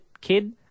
kid